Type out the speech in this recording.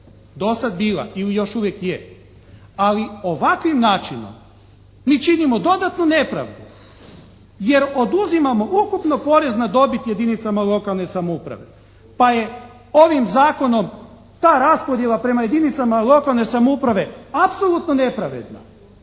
do sad bila i još uvijek je. Ali, ovakvim načinom mi činimo dodatnu nepravdu jer uzimamo ukupno porez na dobit jedinicama lokalne samouprave, pa je ovim zakonom ta raspodjela prema jedinicama lokalne samouprave apsolutno nepravedna.